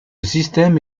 système